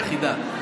יחידה.